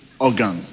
organ